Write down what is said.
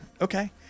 Okay